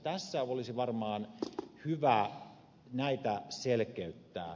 tässä olisi varmaan hyvä näitä selkeyttää